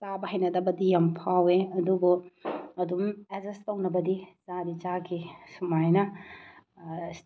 ꯆꯥꯕ ꯍꯩꯅꯗꯕꯗꯤ ꯌꯥꯝ ꯐꯥꯎꯋꯦ ꯑꯗꯨꯕꯨ ꯑꯗꯨꯝ ꯑꯦꯖꯁ ꯇꯧꯅꯕꯗꯤ ꯆꯥꯗꯤ ꯆꯥꯈꯤ ꯁꯨꯃꯥꯏꯅ